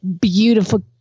beautiful